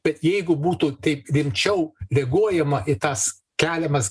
bet jeigu būtų taip rimčiau reaguojama į tas keliamas